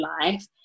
life